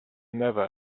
never